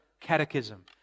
Catechism